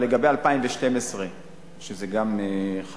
לגבי 2012, שזה גם חשוב,